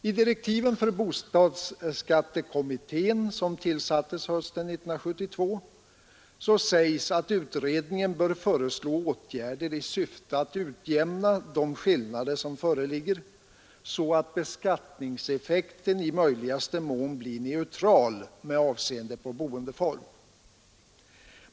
I direktiven för bostadsskattekommittén, som tillsattes hösten 1972, sägs att utredningen bör föreslå åtgärder i syfte att utjämna de skillnader som föreligger, så att beskattningseffekten i möjligaste mån blir neutral med avseende på boendeform.